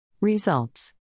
Results